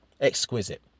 exquisite